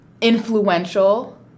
influential